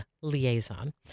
liaison